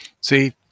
See